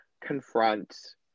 confront